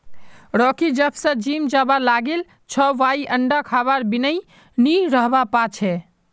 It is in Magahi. रॉकी जब स जिम जाबा लागिल छ वइ अंडा खबार बिनइ नी रहबा पा छै